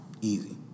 Easy